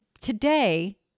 today